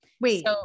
Wait